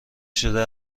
شده